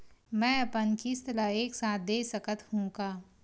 मै अपन किस्त ल एक साथ दे सकत हु का?